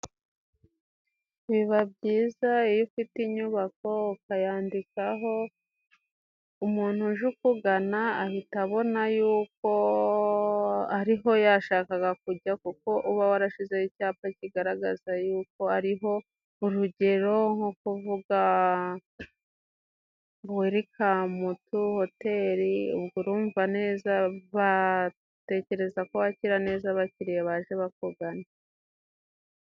Biba byiza iyo ufite inyubako ukayandikaho, umuntu uje ukugana ahita abona yuko ariho yashakaga kujya. Kuko uba warashyizeho icyapa kigaragaza yuko ari a ho. Urugero nko kuvuga ngo: "Welikamu tu hoteli". Urumva neza batekereza ko wakira neza abakiriya baje bakugana.